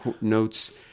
notes